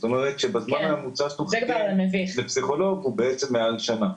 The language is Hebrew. זאת אומרת שהזמן הממוצע שמחכים לפסיכולוג הוא בעצם מעל שנה.